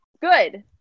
good